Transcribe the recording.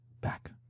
back